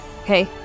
Okay